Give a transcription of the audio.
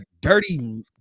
dirty